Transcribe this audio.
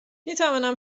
میتوانم